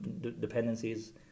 dependencies